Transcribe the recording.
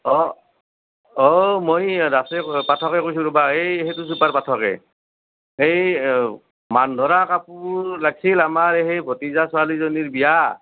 অঁ অঁ মই ৰাজে পাঠকে কৈছোঁ ৰ'বা এই সেইটো চুবাৰ পাঠকে এই মান ধৰা কাপোৰ লাগিছিল আমাৰ সেই ভতিজা ছোৱালীজনীৰ বিয়া